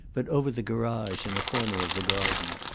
but over the garage in a corner of the garden.